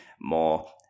more